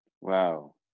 Wow